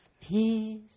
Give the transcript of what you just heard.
peace